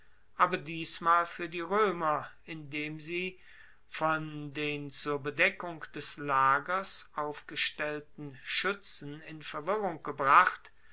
aber diesmal fuer die roemer indem sie von den zur bedeckung des lagers aufgestellten schuetzen in verwirrung gebracht